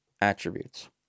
attributes